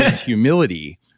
humility